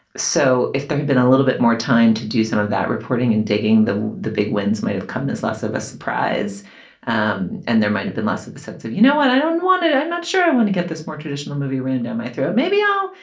so if there had been a little bit more time to do some of that reporting and digging, the the big winners might have come as less of a surprise um and there might have been less of a sense of, you know what i don't want and i'm not sure i want to get this more traditional movie random. i thought maybe, oh,